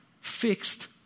fixed